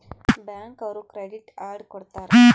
bank ಅವ್ರು credit card ಕೊಡ್ತಾರ